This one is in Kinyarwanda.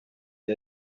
uko